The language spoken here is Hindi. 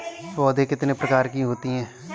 पौध कितने प्रकार की होती हैं?